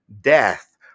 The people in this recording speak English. death